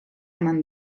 eman